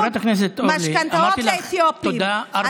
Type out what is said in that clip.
חברת הכנסת אורלי, אמרתי לך תודה ארבע פעמים.